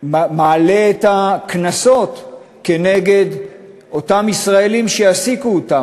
מעלה את הקנסות כנגד אותם ישראלים שיעסיקו אותם.